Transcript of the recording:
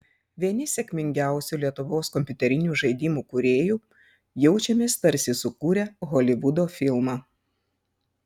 vieni sėkmingiausių lietuvos kompiuterinių žaidimų kūrėjų jaučiamės tarsi sukūrę holivudo filmą